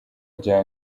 rya